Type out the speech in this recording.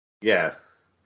Yes